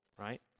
right